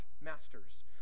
masters